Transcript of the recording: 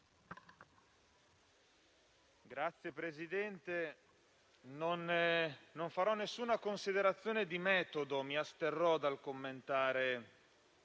Signor Presidente, non farò alcuna considerazione di metodo. Mi asterrò dal commentare